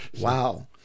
wow